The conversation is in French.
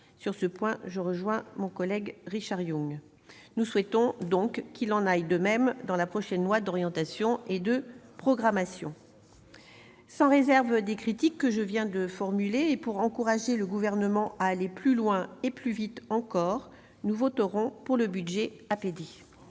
Sur ce point, je rejoins mon collègue Richard Yung : nous souhaitons qu'il en aille de même dans la prochaine loi d'orientation et de programmation. Sous réserve des critiques que je viens de formuler, et pour encourager le Gouvernement à aller plus loin et plus vite encore, nous voterons les crédits